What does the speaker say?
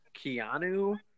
Keanu